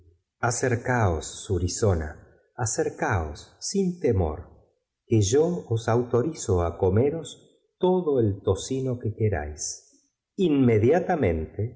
acercáos surizona acercáos sin te mor que yo os autol'izo á comeros todo el tocino que queráis